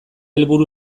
helburu